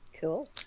Cool